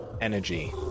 energy